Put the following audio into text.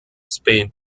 spain